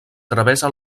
travessa